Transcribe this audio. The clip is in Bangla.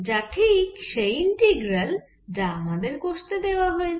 যা ঠিক সেই ইন্টীগ্রাল যা আমাদের কষতে দেওয়া হয়েছে